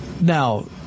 Now